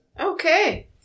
Okay